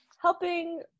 Helping